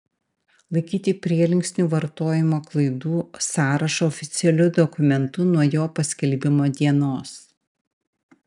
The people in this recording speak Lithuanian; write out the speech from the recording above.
laikyti prielinksnių vartojimo klaidų sąrašą oficialiu dokumentu nuo jo paskelbimo dienos